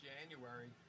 January